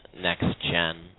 next-gen